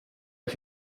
est